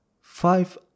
Five